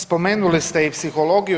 Spomenuli ste i psihologiju.